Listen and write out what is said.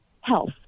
health